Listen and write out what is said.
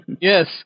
Yes